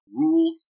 rules